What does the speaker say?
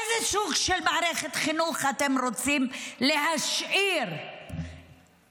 איזה סוג של מערכת חינוך אתם רוצים להשאיר במדינה?